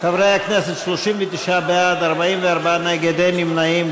חברי הכנסת, 39 בעד, 44 נגד, אין נמנעים.